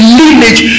lineage